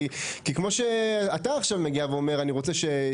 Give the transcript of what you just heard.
כי כמו שאתה או איגוד בתי השקעות מגיעים עכשיו ואומרים: אני רוצה שיעזרו